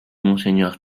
monseigneur